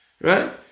Right